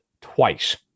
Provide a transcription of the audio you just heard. twice